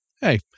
hey